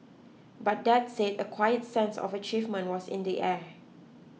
but that said a quiet sense of achievement was in the air